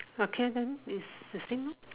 okay then is the same lor